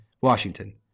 Washington